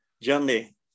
journey